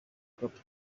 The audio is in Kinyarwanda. cape